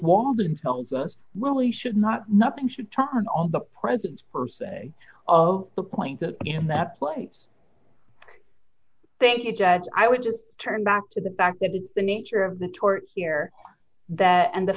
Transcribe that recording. walden tells us really should not nothing should turn on the president's per se of the point that i am the place thank you judge i would just turn back to the fact that it's the nature of the tort here that and the